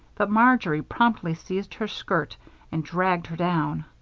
but marjory promptly seized her skirt and dragged her down.